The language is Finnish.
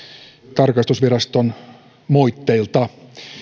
tarkastusviraston moitteilta